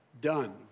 done